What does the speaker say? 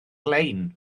lein